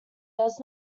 does